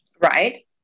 Right